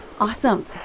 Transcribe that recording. Awesome